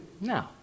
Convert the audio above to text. No